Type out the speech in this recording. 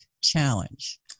Challenge